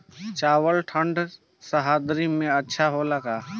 चावल ठंढ सह्याद्री में अच्छा होला का?